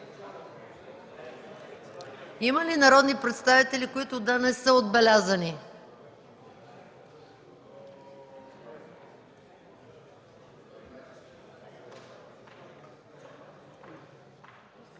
Има ли народни представители, които да не са отбелязани?